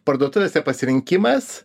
parduotuvėse pasirinkimas